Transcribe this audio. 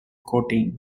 coating